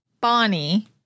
Bonnie